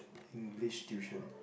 English tuition